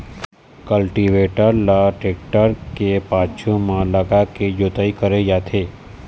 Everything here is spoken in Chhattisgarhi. कल्टीवेटर ल टेक्टर के पाछू म लगाके जोतई करे जाथे